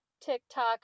TikTok